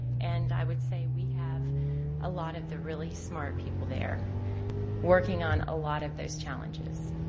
and, i would say we have a lot of the really smart people they're working on a lot of those challenges,